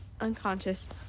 unconscious